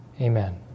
Amen